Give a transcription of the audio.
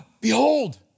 behold